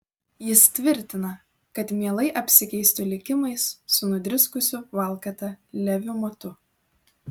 jis tvirtina kad mielai apsikeistų likimais su nudriskusiu valkata leviu matu